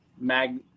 mag